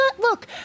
look